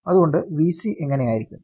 അത് കൊണ്ട് Vc എങ്ങനെയിരിക്കും